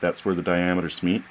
that's where the diameters me